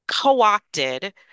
co-opted